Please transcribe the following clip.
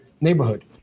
neighborhood